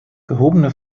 gehobene